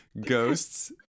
ghosts